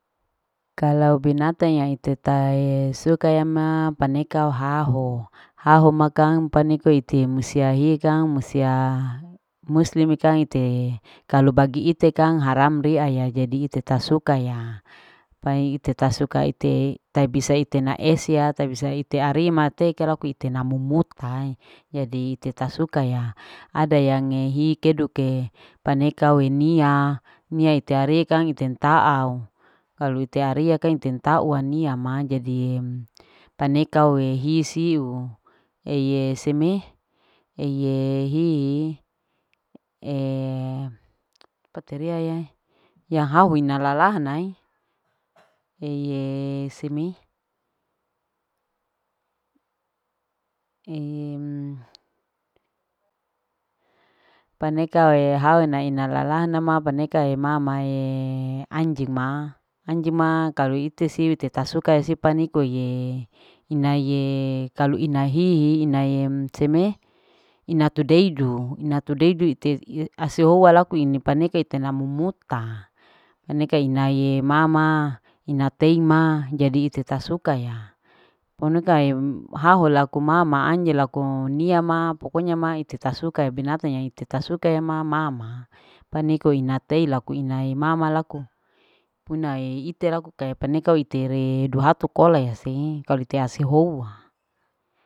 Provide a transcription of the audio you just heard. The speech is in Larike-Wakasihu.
Kalau binatang ya iteee tae suka ya ma paneka ao hohao, haho ma kang paniko ite musia hie kang. musiaa muslim ni kang ite kalu bagi ite kang haram ria ya jadi ite ta suka ya pai ite tasuka ite tabisa naesia tabisa ite arima te kang loko ite namumutai jadi ite tasuka ya ada yang hikeduke paneka wenia nia ite arekang ite itaa au ite aria inte intaua nia ma jadi paneka we hisiu eye seme. eye ehihiee titoria ya hahua ina lalanue eyee seme eye paneka ina lalano paneka ina mamae anjing ma, anjing ma kali iti siwi ite tasuka se paniko ye ina ye kalu ina hihi inae seme ina tudedu. ina tudedu ite asiowa laku ini panike ite namu muta. anike iyaa mama ina teima jadi ite ta suka ya panike haho laku mama anjing laku nia ma jadi lakunia ma pokonya ma ite tasuka ya binatang ite ta suka ya ma. mama paniko ina tei laku inae mama laku unae ite laku paniko itere duhatu kole seng kalu te hati howa.